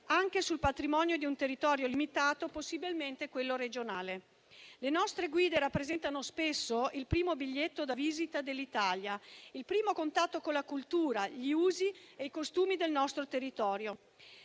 anche sul patrimonio di un territorio limitato, possibilmente quello regionale. Le nostre guide rappresentano spesso il primo biglietto da visita dell'Italia, il primo contatto con la cultura, gli usi e i costumi del nostro territorio.